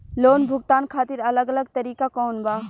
Loan भुगतान खातिर अलग अलग तरीका कौन बा?